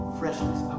freshness